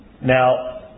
Now